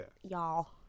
y'all